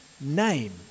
name